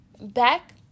back